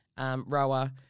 rower